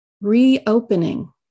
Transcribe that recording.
Reopening